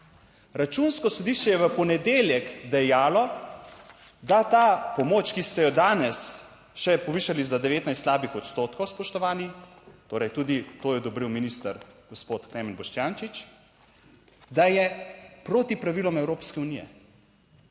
Računsko sodišče je v ponedeljek dejalo, da ta pomoč, ki ste jo danes še povišali za 19 slabih odstotkov, spoštovani, torej tudi to je odobril minister gospod Klemen Boštjančič, da je proti pravilom Evropske unije.